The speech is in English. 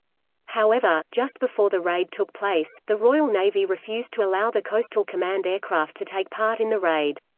however, just before the raid took place, the royal navy refused to allow the coastal command aircraft to take part in the raid.